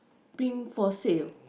pin for sale